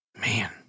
Man